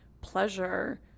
pleasure